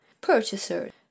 purchaser